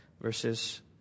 Verses